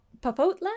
popotla